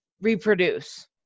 reproduce